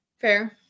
Fair